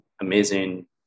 amazing